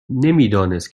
نمیدانست